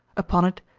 upon it,